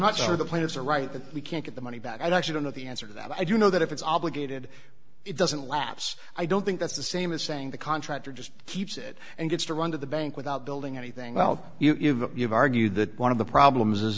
not sure the plaintiffs are right that we can't get the money back i actually don't know the answer to that i do know that if it's obligated it doesn't lapse i don't think that's the same as saying the contractor just keeps it and gets to run to the bank without building anything about you that you've argued that one of the problems is